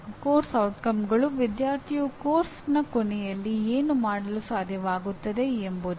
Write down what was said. ಪಠ್ಯಕ್ರಮದ ಪರಿಣಾಮಗಳು ವಿದ್ಯಾರ್ಥಿಯು ಪಠ್ಯಕ್ರಮದ ಕೊನೆಯಲ್ಲಿ ಏನು ಮಾಡಲು ಸಾಧ್ಯವಾಗುತ್ತದೆ ಎಂಬುದು